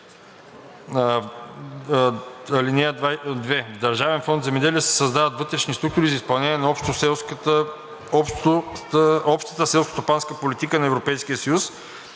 Държавен фонд „Земеделие“ се създават вътрешни структури за изпълнение на Общата селскостопанска политика на Европейския съюз.“